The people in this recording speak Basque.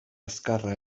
azkarra